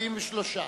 43,